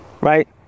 right